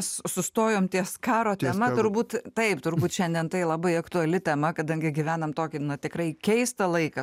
su sustojom ties karo tema turbūt taip turbūt šiandien tai labai aktuali tema kadangi gyvenam tokį na tikrai keistą laiką